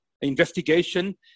investigation